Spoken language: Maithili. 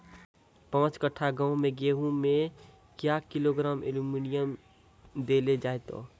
पाँच कट्ठा गांव मे गेहूँ मे क्या किलो एल्मुनियम देले जाय तो?